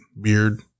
beard